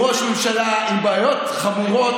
הוא ראש ממשלה עם בעיות משפטיות חמורות.